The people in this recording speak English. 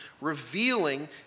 revealing